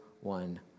one